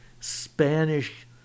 Spanish